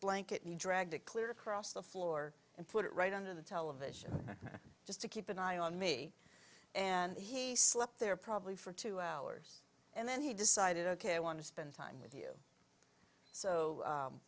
blanket you dragged it clear across the floor and put it right under the television just to keep an eye on me and he slept there probably for two hours and then he decided ok i want to spend time with you so